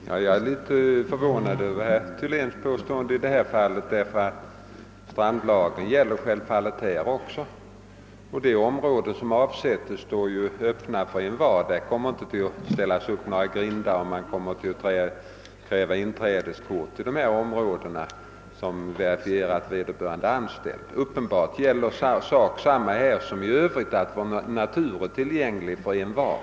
Herr talman! Jag är litet förvånad över herr Thyléns ord, ty självfallet gäller strandlagen här liksom på andra håll. De områden som avsättes kommer att stå öppna för envar. Det kommer inte att monteras upp några grindar, där man får visa upp inträdeskort som bevisar att man är anställd vid industrierna. Det är alldeles uppenbart att här som på andra håll gäller att naturen är tillgänglig för envar.